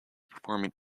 performing